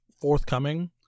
forthcoming